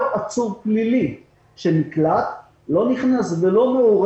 כל עצור פלילי שנקלט לא נכנס ולא מעורה